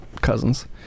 cousins